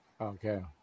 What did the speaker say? Okay